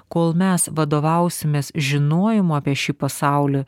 kol mes vadovausimės žinojimu apie šį pasaulį